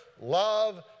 love